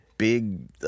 Big